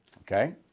okay